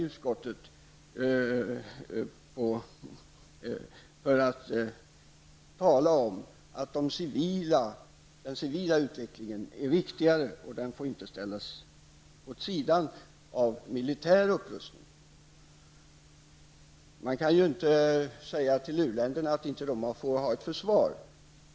Utskottet understryker detta och talar om att den civila utvecklingen är viktigare. Den får inte ställas vid sidan av den militära upprustningen. Det går inte att säga till u-länderna att de inte får ha ett försvar.